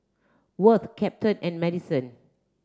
Worth Captain and Maddison